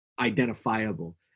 identifiable